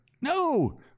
no